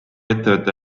ettevõte